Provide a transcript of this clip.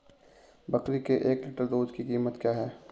बकरी के एक लीटर दूध की कीमत क्या है?